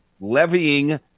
levying